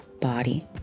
body